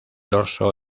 dorso